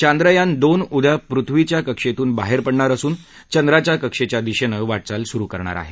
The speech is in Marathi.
चांद्रयान दोन उद्या पृथ्वीच्या कक्षेतून बाहेर पडणार असून चंद्राच्या कक्षेच्या दिशेनं वाटचाल सुरू करणार आहे